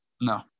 No